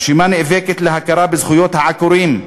הרשימה נאבקת להכרה בזכויות העקורים,